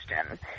Question